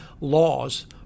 laws